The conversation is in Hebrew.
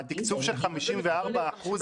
מהתקצוב של 54 אחוז?